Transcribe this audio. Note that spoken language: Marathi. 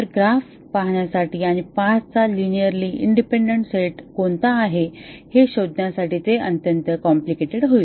ग्राफ पाहण्यासाठी आणि पाथ चा लिनिअरली इंडिपेंडन्ट सेट कोणता आहे हे शोधण्यासाठी ते अत्यंत कॉम्प्लिकेटेड होईल